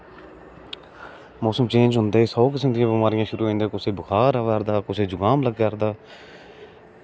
मौसम चेंज़ होंदे सौ किस्म दियां बमारियां होंदियां ते बुखार आवा करदा कुसै गी जुकाम आवा करदा